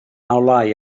olau